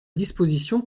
disposition